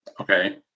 okay